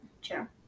Sure